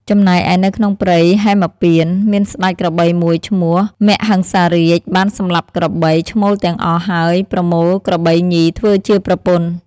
ចំណែកឯនៅក្នុងព្រៃហេមពាន្ត មានស្ដេចក្របីមួយឈ្មោះ មហិង្សារាជ បានសម្លាប់ក្របី ឈ្មោលទាំងអស់ ហើយប្រមូលក្របីញីធ្វើជាប្រពន្ធ។